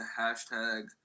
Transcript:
hashtag